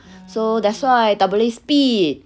so that's why tak boleh speed